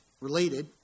Related